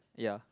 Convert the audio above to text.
ya